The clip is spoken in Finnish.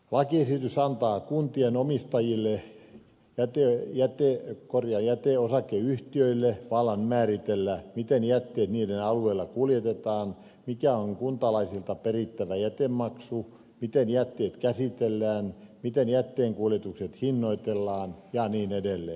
lakiesitys antaa kuntien omistamille jäteosakeyhtiöille vallan määritellä miten jätteet niiden alueella kuljetetaan mikä on kuntalaisilta perittävä jätemaksu miten jätteet käsitellään miten jätteenkuljetukset hinnoitellaan ja niin edelleen